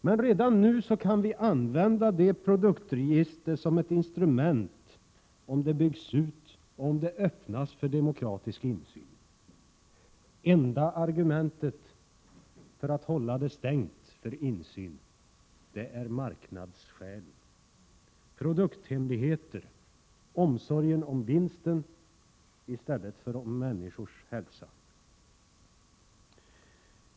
Men redan nu kan produktregistret användas som ett instrument om det byggs ut och om det öppnas för demokratisk insyn. Det enda argumentet för att hålla det stängt för insyn är marknadsskäl, produkthemligheter och omsorgen om vinsten i stället för om människors hälsa.